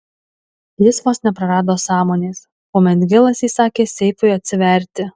jis vos neprarado sąmonės kuomet hilas įsakė seifui atsiverti